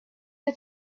had